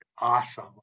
awesome